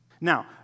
Now